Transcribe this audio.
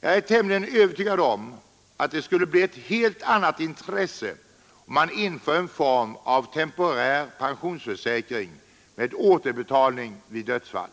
Jag är tämligen övertygad om att det skulle bli ett helt annat intresse om man införde en form av temporär pensionsförsäkring med återbetalning av premien vid dödsfall.